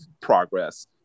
progress